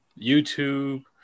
YouTube